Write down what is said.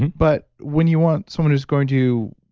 but when you want someone who's going to